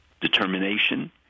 determination